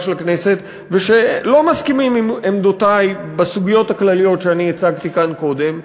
של הכנסת ולא מסכימים עם עמדותי בסוגיות הכלליות שאני הצגתי כאן קודם,